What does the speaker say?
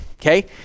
Okay